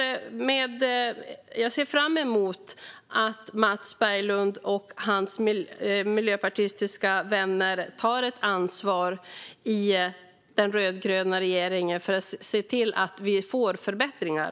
Jag ser fram emot att Mats Berglund och hans miljöpartistiska vänner i den rödgröna regeringen tar ansvar för att vi får förbättringar.